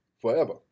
forever